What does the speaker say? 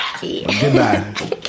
Goodbye